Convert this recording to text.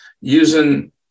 using